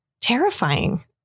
terrifying